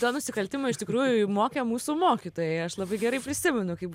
tą nusikaltimą iš tikrųjų mokė mūsų mokytojai aš labai gerai prisimenu kaip